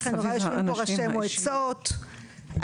יושבים פה ראשי מועצות,